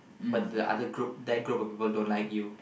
but the other group that group of people don't like you